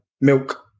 milk